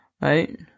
Right